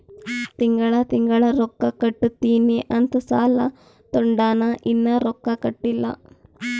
ತಿಂಗಳಾ ತಿಂಗಳಾ ರೊಕ್ಕಾ ಕಟ್ಟತ್ತಿನಿ ಅಂತ್ ಸಾಲಾ ತೊಂಡಾನ, ಇನ್ನಾ ರೊಕ್ಕಾ ಕಟ್ಟಿಲ್ಲಾ